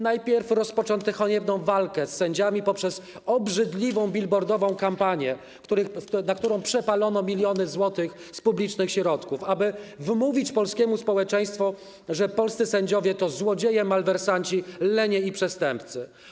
Najpierw rozpoczęto haniebną walkę z sędziami poprzez obrzydliwą bilbordową kampanię, na którą przepalono miliony złotych z publicznych środków, aby wmówić polskiemu społeczeństwu, że polscy sędziowie to złodzieje, malwersanci, lenie i przestępcy.